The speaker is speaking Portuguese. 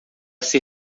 ser